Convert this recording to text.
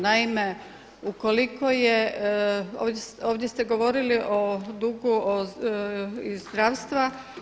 Naime, ukoliko je, ovdje ste govorili o dugu iz zdravstva.